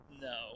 No